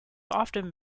often